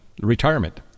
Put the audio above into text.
retirement